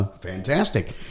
Fantastic